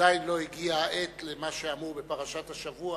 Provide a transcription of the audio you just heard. עדיין לא הגיעה העת למה שאמרו בפרשת השבוע,